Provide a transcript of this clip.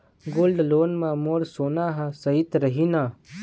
Gold loan मे मोर सोना हा सइत रही न?